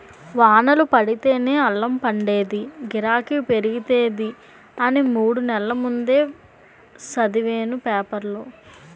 వానలు పడితేనే అల్లం పండేదీ, గిరాకీ పెరిగేది అని మూడు నెల్ల ముందే సదివేను పేపరులో